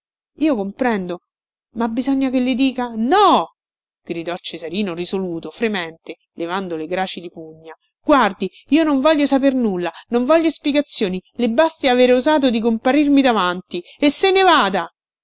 io comprendo ma bisogna che le dica no gridò cesarino risoluto fremente levando le gracili pugna guardi io non voglio saper nulla non voglio spiegazioni le basti avere osato di comparirmi davanti e se ne vada